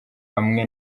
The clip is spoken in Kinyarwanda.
hamwe